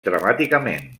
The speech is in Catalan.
dramàticament